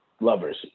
lovers